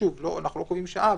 שוב אנחנו לא קובעים שעה,